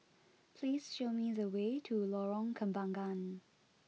please show me the way to Lorong Kembagan